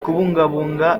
kubungabunga